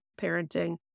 parenting